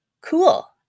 cool